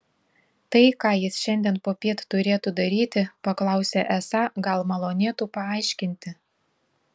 tai ką jis šiandien popiet turėtų daryti paklausė esą gal malonėtų paaiškinti